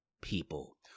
people